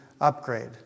upgrade